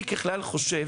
ככלל, אני חושב